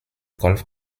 golf